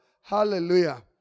Hallelujah